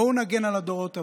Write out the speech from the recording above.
בואו נגן על הדורות הבאים.